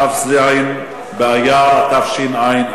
כ"ז באייר התשע"א,